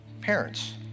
Parents